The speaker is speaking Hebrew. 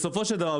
בסופו של דבר,